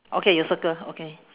okay you circle okay